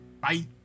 Bye